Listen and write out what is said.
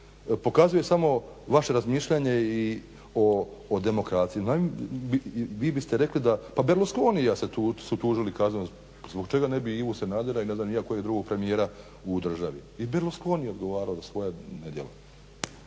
pokazuje samo vaše razmišljanje i o demokraciji. Vi biste rekli da, pa Berlusconija su tužili kazneno, zbog čega ne bi i Ivu Sanadera i ne znam ni ja kojeg drugog premijera u državi. I Berlusconi je odgovarao za svoja nedjela.